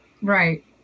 Right